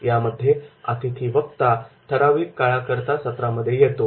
यामध्ये अतिथी वक्ता ठराविक काळाकरिता सत्रामध्ये येतो